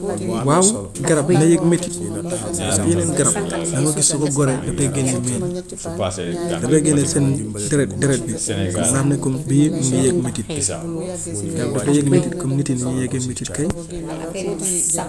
Waaw garab na yëg mettit, parce que yeneen garab danga gis su ko goree daf dee génne meen, daf dee génne seen deret, deret bi comme nga xam ne comme bii mu ngi yëg mettit. Garab daf dee yëg mettit comme nit yi nu ñuy yëgee mettit kay.